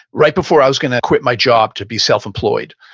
right before i was going to quit my job to be self employed,